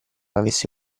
avesse